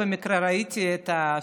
במקרה אני ראיתי את השידור,